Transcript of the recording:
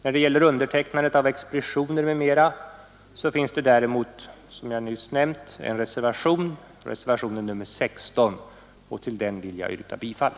När det gäller undertecknandet av expeditioner m.m. finns det däremot, som jag nyss nämnt, en reservation, nr 16, till vilken jag yrkar bifall.